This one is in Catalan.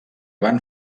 van